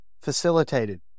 Facilitated